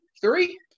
three